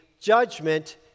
judgment